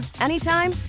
anytime